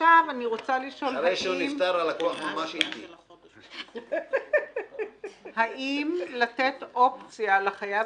אני רוצה לשאול האם לתת אופציה לחייב